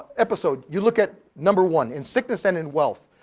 episode, you look at number one, in sickness and in wealth,